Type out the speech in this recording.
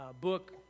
book